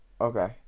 Okay